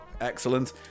Excellent